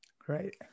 Great